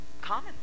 common